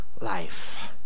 life